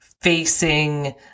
facing